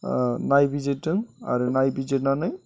नायबिजिरदों आरो नायबिजिरनानै